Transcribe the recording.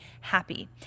happy